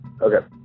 Okay